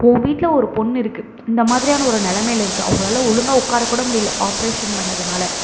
உன் வீட்டில் ஒரு பொண்ணு இருக்குது இந்த மாதிரியான ஒரு நிலமையில இருக்குது அவங்களால ஒழுங்கா உட்காரக் கூட முடியல ஆப்ரேஷன் பண்ணதுனால